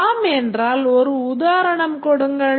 ஆம் என்றால் ஒரு உதாரணம் கொடுங்கள்